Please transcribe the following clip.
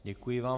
Děkuji vám.